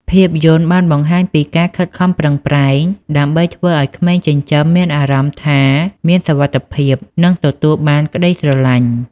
ភាពយន្តបានបង្ហាញពីការខិតខំប្រឹងប្រែងដើម្បីធ្វើឲ្យក្មេងចិញ្ចឹមមានអារម្មណ៍ថាមានសុវត្ថិភាព និងទទួលបានក្ដីស្រឡាញ់។